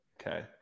Okay